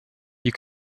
you